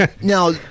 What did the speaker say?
Now